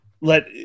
let